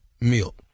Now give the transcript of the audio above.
milk